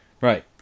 Right